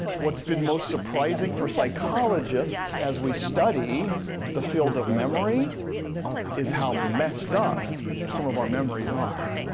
what's been most surprising for psychologists as we study the field of memory is how messed up some of our memories are.